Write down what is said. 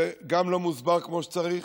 זה גם לא מוסבר כמו שצריך,